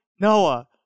Noah